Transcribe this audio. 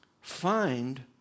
find